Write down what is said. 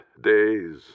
days